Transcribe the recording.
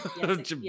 yes